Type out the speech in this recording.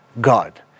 God